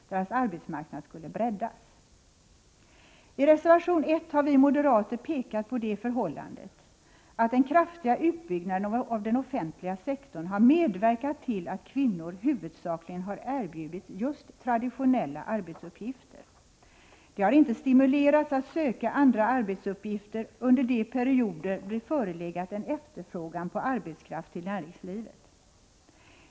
Deras arbetsmarknad skulle breddas. I reservation 1 har vi moderater pekat på det förhållandet att den kraftiga utbyggnaden av den offentliga sektorn har medverkat till att kvinnor huvudsakligen har erbjudits just traditionella arbetsuppgifter. De har inte stimulerats att söka andra arbetsuppgifter under de perioder då det förelegat en efterfrågan på arbetskraft till näringslivet.